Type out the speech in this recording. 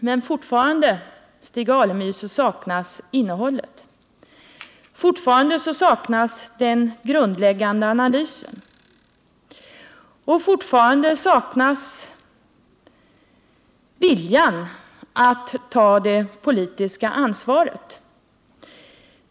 Men fortfarande saknas innehållet, fortfarande saknas den grundläggande analysen och fortfarande saknas viljan att ta det politiska ansvaret.